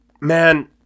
man